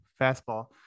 fastball